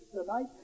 tonight